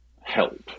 help